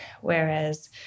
Whereas